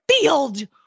field